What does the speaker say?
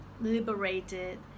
liberated